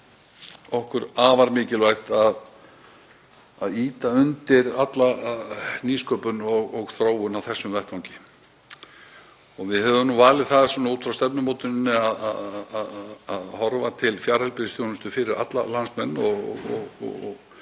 okkur afar mikilvægt að ýta undir alla nýsköpun og þróun á þessum vettvangi. Við höfum valið það svona út frá stefnumótuninni að horfa til fjarheilbrigðisþjónustu fyrir alla landsmenn og er